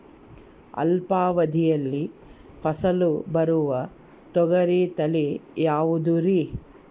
ಅಲ್ಪಾವಧಿಯಲ್ಲಿ ಫಸಲು ಬರುವ ತೊಗರಿ ತಳಿ ಯಾವುದುರಿ?